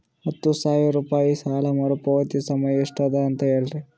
ಹತ್ತು ಸಾವಿರ ರೂಪಾಯಿ ಸಾಲ ಮರುಪಾವತಿ ಸಮಯ ಎಷ್ಟ ಅದ ಅಂತ ಹೇಳರಿ?